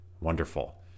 Wonderful